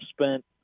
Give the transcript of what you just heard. spent